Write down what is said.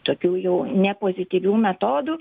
tokių jau nepozityvių metodų